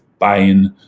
buying